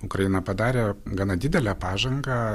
ukraina padarė gana didelę pažangą